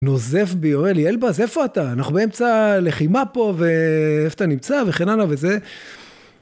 נוזף בי, אומר לי, אלבז איפה אתה? אנחנו באמצע לחימה פה, ואיפה אתה נמצא, וכן הלאה וזה.